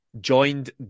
joined